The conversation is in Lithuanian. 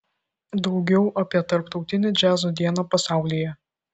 daugiau apie tarptautinę džiazo dieną pasaulyje